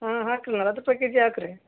ಹಾಂ ಹಾಕಿರಿ ನಲ್ವತ್ತು ರೂಪಾಯಿ ಕೆ ಜಿ ಹಾಕ್ರಿ